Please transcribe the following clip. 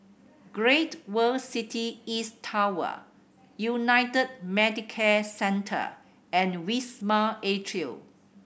Great World City East Tower United Medicare Centre and Wisma Atria